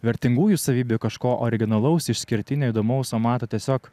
vertingųjų savybių kažko originalaus išskirtinio įdomaus o mato tiesiog